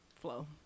flow